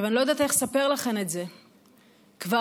עכשיו,